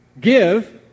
Give